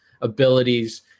abilities